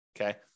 okay